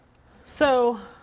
so,